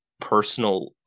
personal